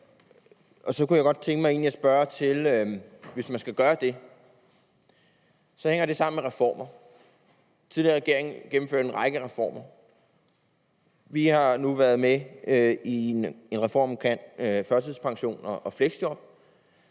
jeg egentlig godt tænke mig at spørge til det. Hvis man skal gøre det, hænger det sammen med reformer. Den tidligere regering gennemførte en række former. Vi har nu været med i en reform af førtidspensionen og